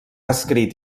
escrit